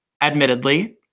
admittedly